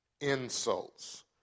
insults